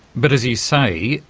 but, as you say,